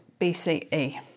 BCE